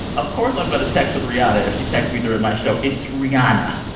of course, i'm going to text with rihanna if she texts me during my show. it's rihanna